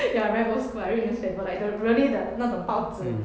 ya very old school I read newspaper like the really the 那种报纸